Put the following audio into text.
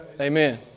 Amen